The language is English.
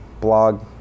blog